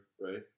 right